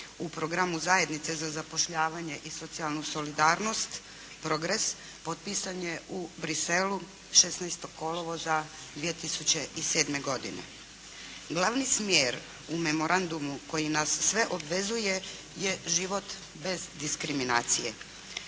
u programu zajednice za zapošljavanje i socijalnu solidarnost i progres potpisan je u Bruxellesu 16. kolovoza 2007. godine. Glavni smjer u Memorandumu koji nas sve obvezuje je život bez diskriminacije.